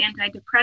antidepressant